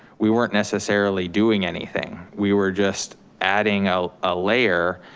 we weren't necessarily doing anything. we were just adding ah a layer